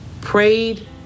prayed